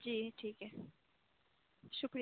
جی ٹھیک ہے شکریہ